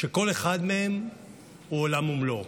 שכל אחד מהם הוא עולם ומלואו.